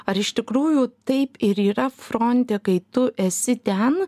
ar iš tikrųjų taip ir yra fronte kai tu esi ten